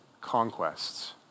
conquests